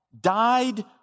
died